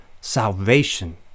salvation